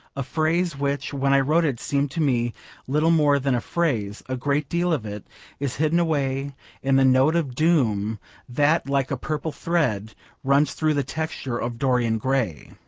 a phrase which when i wrote it seemed to me little more than a phrase a great deal of it is hidden away in the note of doom that like a purple thread runs through the texture of dorian gray